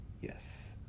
yes